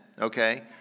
okay